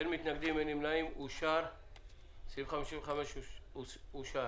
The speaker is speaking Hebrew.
אין מתנגדים, אין נמנעים, סעיף 55 אושר.